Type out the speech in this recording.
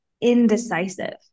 indecisive